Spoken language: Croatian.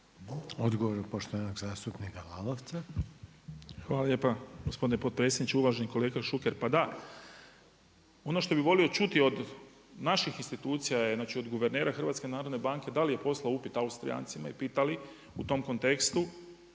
Odgovor poštovanog zastupnika Lalovca. **Lalovac, Boris (SDP)** Hvala lijepa gospodine potpredsjedniče. Uvaženi kolega Šuker, pa da ono što bih volio čuti od naših institucija je, znači od guvernera HNB-a da li je poslao upit Austrijancima i pita li u tom kontekstu